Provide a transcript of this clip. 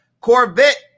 Corvette